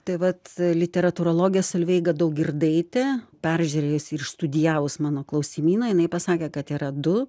tai vat literatūrologė solveiga daugirdaitė peržiūrėjus ir išstudijavus mano klausimyną jinai pasakė kad yra du